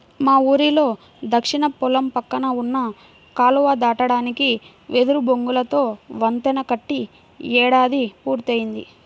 మా ఊరిలో దక్షిణ పొలం పక్కన ఉన్న కాలువ దాటడానికి వెదురు బొంగులతో వంతెన కట్టి ఏడాది పూర్తయ్యింది